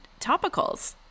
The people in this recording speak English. topicals